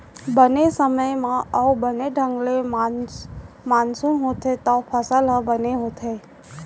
बने समे म अउ बने ढंग ले मानसून होथे तव फसल ह बने होथे